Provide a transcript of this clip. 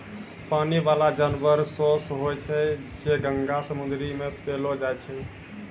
पानी बाला जानवर सोस होय छै जे गंगा, समुन्द्र मे पैलो जाय छै